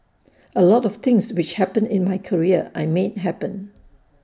A lot of things which happened in my career I made happen